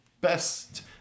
best